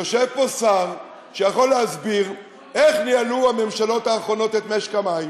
יושב פה שר שיכול להסביר איך ניהלו הממשלות האחרונות את משק המים,